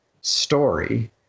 story